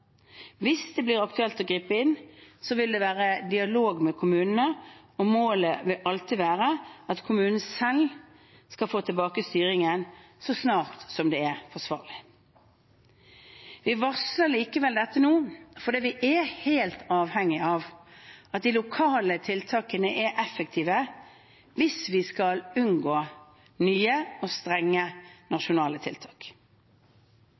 Hvis det blir aktuelt å gripe inn, vil det være i dialog med kommunen, og målet vil alltid være at kommunen selv skal få tilbake styringen så snart det er forsvarlig. Vi varsler likevel dette nå, fordi vi er helt avhengig av at de lokale tiltakene er effektive hvis vi skal unngå nye og strenge nasjonale tiltak.